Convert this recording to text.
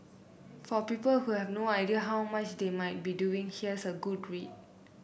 for people who have no idea how much they might be doing here's a good read